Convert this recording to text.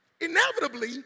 Inevitably